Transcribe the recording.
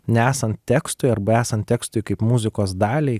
nesant tekstui arba esant tekstui kaip muzikos daliai